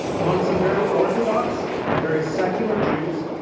among some very orthodox and very secular jews,